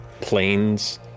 planes